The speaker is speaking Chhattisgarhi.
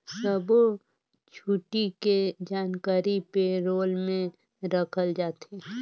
सब्बो छुट्टी के जानकारी पे रोल में रखल जाथे